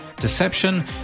deception